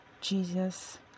Jesus